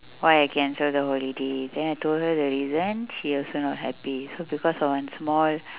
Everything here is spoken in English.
why I cancel the holiday then I told her the reason she also not happy so because of one small